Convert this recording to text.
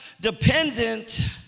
dependent